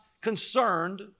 concerned